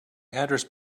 address